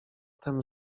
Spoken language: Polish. tem